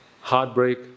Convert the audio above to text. heartbreak